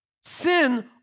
sin